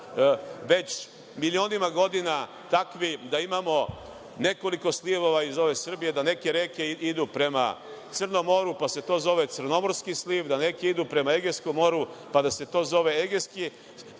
već milionima godina takvi da imamo nekoliko slivova iz ove Srbije, da neke reke idu prema Crnom moru, pa se to zove crnomorski sliv, da neke idu prema Egejeskom moru, pa da se to zove egejski sliv,